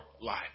life